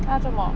他在做么